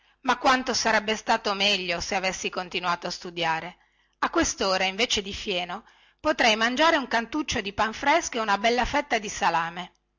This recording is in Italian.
ma quanto sarebbe stato meglio che avessi continuato a studiare a questora invece di fieno potrei mangiare un cantuccio di pan fresco e una bella fetta di salame